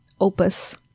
Opus